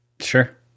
Sure